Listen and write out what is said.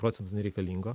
procentų nereikalingo